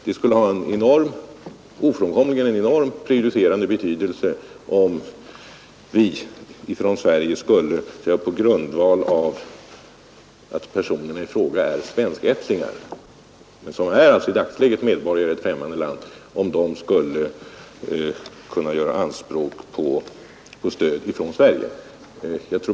Det skulle ofrånkomligen ha en enorm prejudicerande betydelse, om personer som är svenskättlingar men som i dagsläget är medborgare i främmande land skulle kunna göra anspråk på stöd från Sverige.